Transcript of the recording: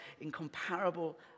incomparable